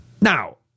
Now